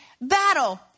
battle